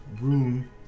room